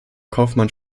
kaufmann